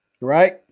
right